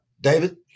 David